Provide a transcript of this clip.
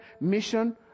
mission